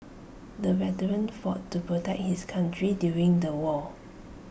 the veteran fought to protect his country during the war